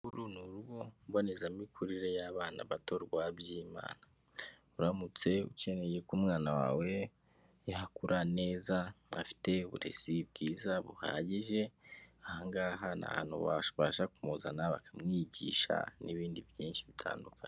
Uru ni urugo mbonezamikurire y'abana bato rwa Byimana, uramutse ukeneye ko umwana wawe yakura neza afite uburezi bwiza buhagije, aha ngaha ni ahantu wabasha kumuzana bakamwigisha n'ibindi byinshi bitandukanye.